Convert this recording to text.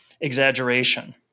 exaggeration